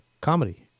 Comedy